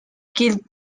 kid